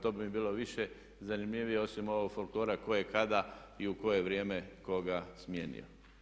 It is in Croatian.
To bi mi bilo više zanimljivije osim ovog folklora tko je kada i u koje vrijeme koga smijenio.